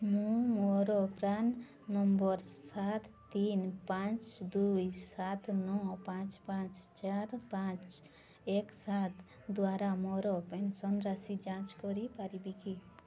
ମୁଁ ମୋର PRAN number ସାତ ତିନ ପାଞ୍ଚ ଦୁଇ ସାତ ନଅ ପାଞ୍ଚ ପାଞ୍ଚ ଚାରି ପାଞ୍ଚ ଏକ ସାତ ଦ୍ଵାରା ମୋର ପେନ୍ସନ୍ ରାଶି ଯାଞ୍ଚ କରିପାରିବି କି